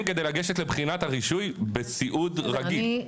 כדי לגשת לבחינת הרישוי בסיעוד רגיל.